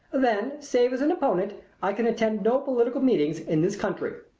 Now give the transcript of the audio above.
then, save as an opponent, i can attend no political meetings in this country,